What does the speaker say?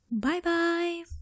Bye-bye